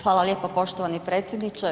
Hvala lijepo poštovani predsjedniče.